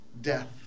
Death